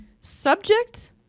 subject